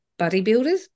bodybuilders